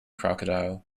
crocodile